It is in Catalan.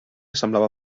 semblava